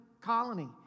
Colony